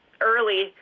early